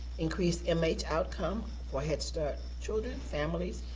increase mh outcome for head start children, families,